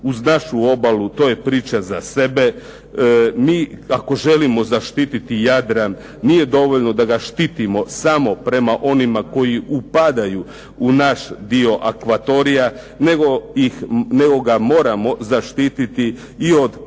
uz našu obalu to je priča za sebe. Mi ako želimo štititi Jadran, nije dovoljno da ga štitimo samo prema onima koji upadaju u naš dio akvatorija, nego ga moramo zaštititi od pojedinaca